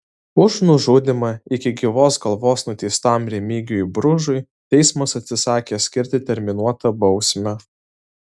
už nužudymą iki gyvos galvos nuteistam remigijui bružui teismas atsisakė skirti terminuotą bausmę